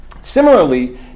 Similarly